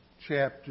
chapter